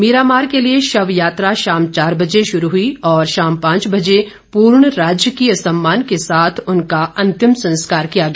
मीरामार के लिए शव यात्रा शाम चार बजे शुरू हुई और शाम पांच बजे पूर्ण राजकीय सम्मान के साथ उनका अंतिम संस्कार किया गया